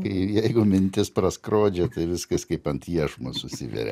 jeigu mintis praskrodžia tai viskas kaip ant iešmo susiveria